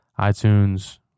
iTunes